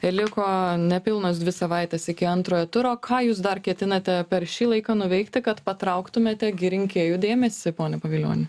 liko nepilnos dvi savaitės iki antrojo turo ką jūs dar ketinate per šį laiką nuveikti kad patrauktumėte rinkėjų dėmesį pone pavilioni